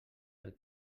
del